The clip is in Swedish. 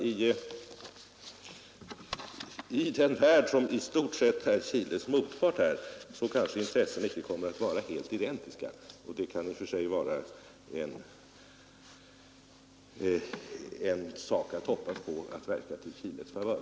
I den värld som i stort sett är Chiles motpart i det här fallet kommer kanske inte intressena att vara identiska, och man kan hoppas att den omständigheten verkar till Chiles favör.